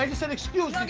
and said excuse